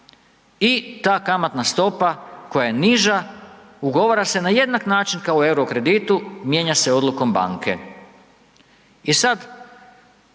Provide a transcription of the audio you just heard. I, ta kamatna stopa koja je niža, ugovara se na jednak način kao u euro kreditu, mijenja se odlukom banke. I sad,